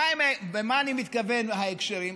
למה אני מתכוון בהקשרים?